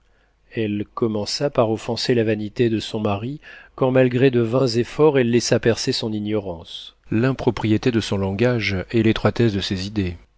elle commença par offenser la vanité de son mari quand malgré de vains efforts elle laissa percer son ignorance l'impropriété de son langage et l'étroitesse de ses idées